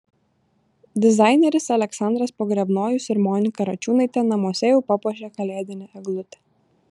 dizaineris aleksandras pogrebnojus ir monika račiūnaitė namuose jau papuošė kalėdinę eglutę